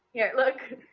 here, look.